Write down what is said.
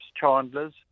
chandlers